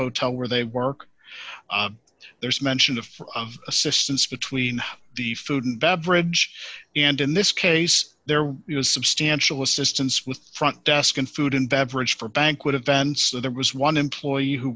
hotel where they work there's mention of for of assistance between the food and beverage and in this case there were substantial assistance with front desk and food and beverage for banquet events there was one employee who